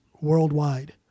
worldwide